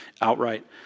outright